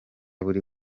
buri